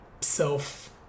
self